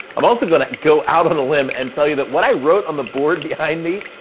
i'm also gonna go out on a limb and tell you that what i wrote on the board behind me,